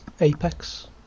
Apex